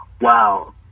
wow